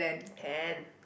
can